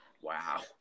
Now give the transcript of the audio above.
wow